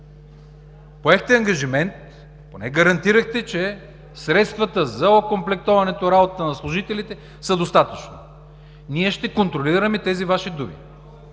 Поехте ангажимент, поне гарантирахте, че средствата за окомплектоването работата на служителите са достатъчни. Ние ще контролираме тези Ваши думи.